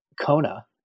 Kona